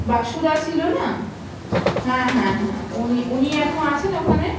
বাসুদা ছিল না হ্যাঁ হ্যাঁ হ্যাঁ উনি উনি এখনও আছেন ওখানে